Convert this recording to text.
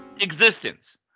Existence